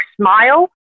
smile